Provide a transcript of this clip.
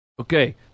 Okay